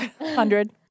hundred